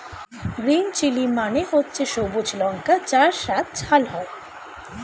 green chilli মানে হচ্ছে সবুজ লঙ্কা যার স্বাদ ঝাল হয়